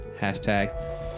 Hashtag